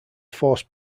force